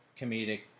comedic